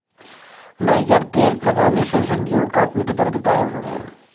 niger तेल लगाने से संजीव का पीठ दर्द गायब हो गया